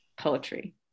poetry